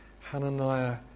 Hananiah